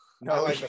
No